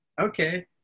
Okay